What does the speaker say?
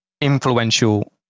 influential